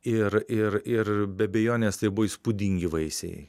ir ir ir be abejonės tai buvo įspūdingi vaisiai